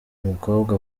mukobwa